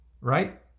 right